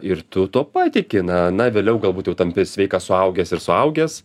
ir tu tuo patiki na na vėliau galbūt jau tampi sveikas suaugęs ir suaugęs